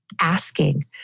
asking